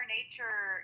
Nature